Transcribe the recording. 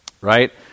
right